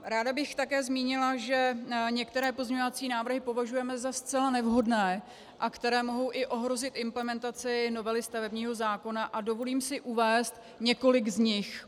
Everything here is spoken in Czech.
Ráda bych také zmínila, že některé pozměňovací návrhy považujeme za zcela nevhodné, které mohou i ohrozit implementaci novely stavebního zákona, a dovolím si uvést několik z nich.